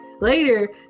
later